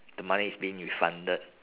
the money is being refunded